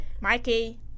Mikey